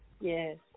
Yes